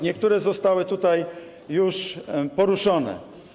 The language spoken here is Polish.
Niektóre zostały tutaj już poruszone.